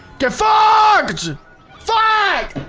defarge fuck